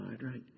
right